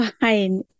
fine